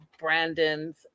Brandon's